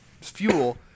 fuel